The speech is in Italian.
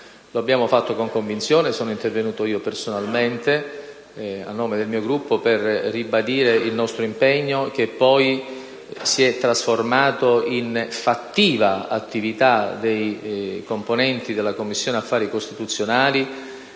Lo abbiamo fatto con convinzione; sono intervenuto io personalmente a nome del mio Gruppo per ribadire il nostro impegno, che si è poi trasformato in fattiva attività dei componenti della Commissione affari costituzionali